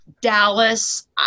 Dallas